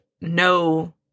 no